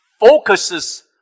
focuses